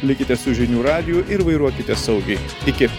likite su žinių radiju ir vairuokite saugiai iki